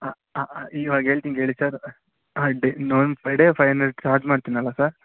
ಇವಾಗ ಹೇಳ್ತಿನ್ ಕೇಳಿ ಸರ್ ಹಾಂ ಡೆ ಇನ್ನೊಂದು ಫೈವ್ ಡೇ ಫೈನಲ್ ಚಾರ್ಜ್ ಮಾಡ್ತೀನಲ್ಲ ಸರ್